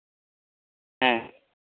ᱦᱮᱸ